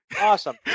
Awesome